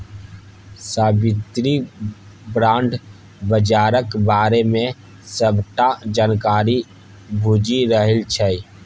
साबित्री bond बजारक बारे मे सबटा जानकारी बुझि रहल छै